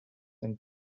and